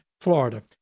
Florida